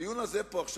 הדיון עכשיו,